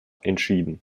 entschieden